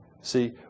See